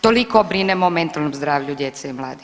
Toliko brinemo o mentalnom zdravlju djece i mladih.